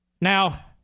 Now